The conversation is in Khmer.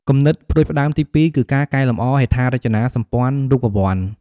គំនិតផ្តួចផ្តើមទីពីរគឺការកែលម្អហេដ្ឋារចនាសម្ព័ន្ធរូបវន្ត។